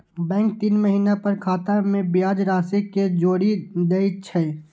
bank तीन महीना पर खाता मे ब्याज राशि कें जोड़ि दै छै